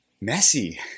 messy